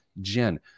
Jen